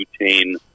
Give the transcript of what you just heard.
butane